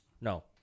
No